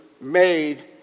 made